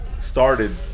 started